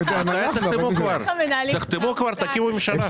תחתמו כבר, תקימו ממשלה.